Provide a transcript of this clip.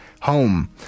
Home